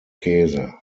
käse